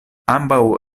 ambaŭ